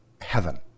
heaven